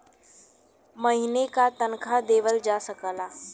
महीने का तनखा देवल जा सकला